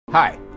Hi